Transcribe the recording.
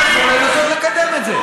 מנסה לקדם את זה.